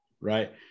right